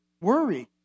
worry